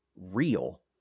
real